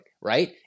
right